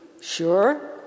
Sure